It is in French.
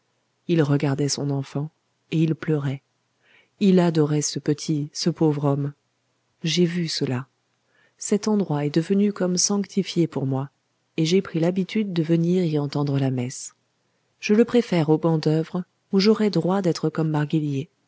il regardait son enfant et il pleurait il adorait ce petit ce pauvre homme j'ai vu cela cet endroit est devenu comme sanctifié pour moi et j'ai pris l'habitude de venir y entendre la messe je le préfère au banc d'oeuvre où j'aurais droit d'être comme